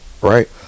right